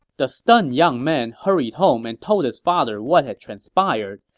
the stunned young man hurried home and told his father what had transpired,